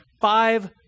Five